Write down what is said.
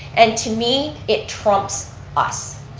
and to me, it trumps us.